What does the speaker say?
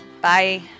Bye